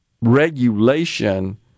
regulation